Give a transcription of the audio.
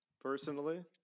personally